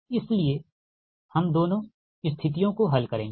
इसलिए हम दोनों स्थितियों को हल करेंगे